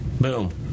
Boom